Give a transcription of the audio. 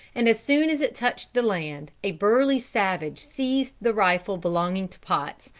and as soon as it touched the land, a burly savage seized the rifle belonging to potts,